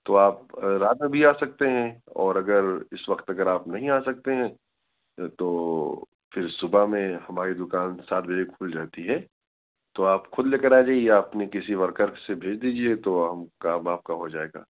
تو آپ رات میں بھی آ سکتے ہیں اور اگر اس وقت اگر آپ نہیں آ سکتے ہیں تو پھر صبح میں ہماری دکان سات بجے کھل جاتی ہے تو آپ خود لے کر آ جائیے یا اپنے کسی ورکرک سے بھیج دیجیے تو ہم کام آپ کا ہو جائے گا